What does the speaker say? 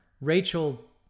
Rachel